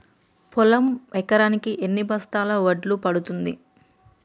పొలం ఎకరాకి ఎన్ని బస్తాల వడ్లు పండుతుంది?